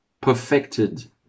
perfected